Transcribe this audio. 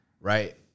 right